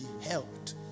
helped